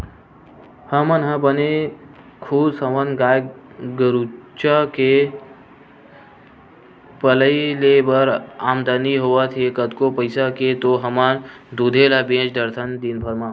हमन ह बने खुस हवन गाय गरुचा के पलई ले बने आमदानी होवत हे कतको पइसा के तो हमन दूदे ल बेंच डरथन दिनभर म